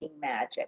magic